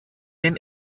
den